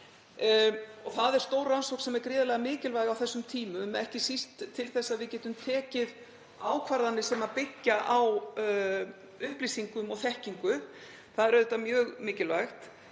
og það er stór rannsókn sem er gríðarlega mikilvæg á þessum tímum, ekki síst til þess að við getum tekið ákvarðanir sem byggja á upplýsingum og þekkingu, það er auðvitað mjög mikilvægt.